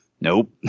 Nope